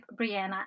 Brianna